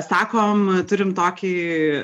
sakom turim tokį